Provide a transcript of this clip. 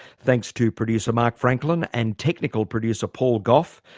thanks to producer mark franklin and technical producer paul gough